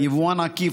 יבואן עקיף,